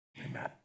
amen